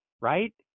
right